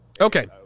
okay